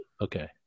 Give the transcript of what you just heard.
okay